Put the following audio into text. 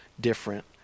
different